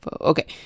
okay